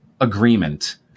agreement